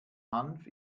hanf